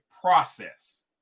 process